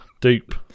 Dupe